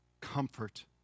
comfort